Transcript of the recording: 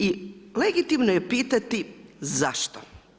I legitimno je pitati, zašto?